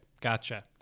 gotcha